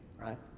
right